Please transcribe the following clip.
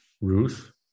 Ruth